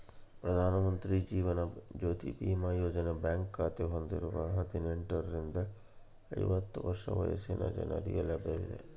ಪ್ರಧಾನ ಮಂತ್ರಿ ಜೀವನ ಜ್ಯೋತಿ ಬಿಮಾ ಯೋಜನೆಯು ಬ್ಯಾಂಕ್ ಖಾತೆ ಹೊಂದಿರುವ ಹದಿನೆಂಟುರಿಂದ ಐವತ್ತು ವರ್ಷ ವಯಸ್ಸಿನ ಜನರಿಗೆ ಲಭ್ಯವಿದೆ